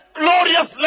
glorious